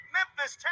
Memphis